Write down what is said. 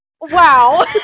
Wow